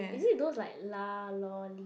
is it those like lah lor leh